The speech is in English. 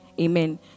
Amen